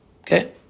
Okay